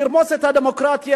נרמוס את הדמוקרטיה,